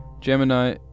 Gemini